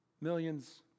millions